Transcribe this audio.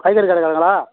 காய்கறி கடைக்காரங்களா